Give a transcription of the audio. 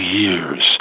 years